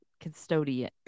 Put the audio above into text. custodian